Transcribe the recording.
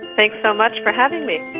thanks so much for having me